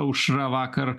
aušra vakar